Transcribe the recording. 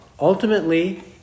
ultimately